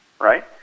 Right